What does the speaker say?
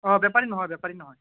অঁ বেপাৰীৰ নহয় বেপাৰীৰ নহয়